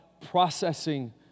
processing